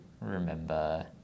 remember